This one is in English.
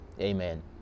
Amen